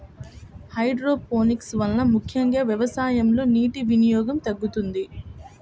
hydroponics వలన ముఖ్యంగా వ్యవసాయంలో నీటి వినియోగం తగ్గుతుంది